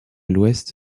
l’ouest